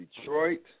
Detroit